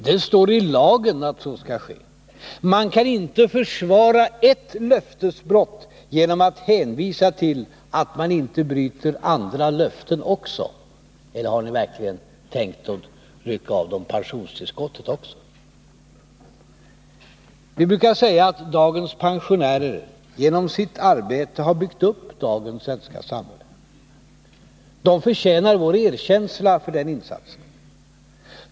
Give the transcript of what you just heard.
Det står i lagen att så skall ske. Man kan inte försvara ett löftesbrott genom att hänvisa till att man inte bryter andra löften också. Eller har ni verkligen tänkt rycka av dem pensionstillskotten också? Vi brukar säga att dagens pensionärer genom sitt arbete har byggt upp dagens svenska samhälle. De förtjänar vår erkänsla för den insatsen.